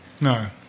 No